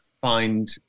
find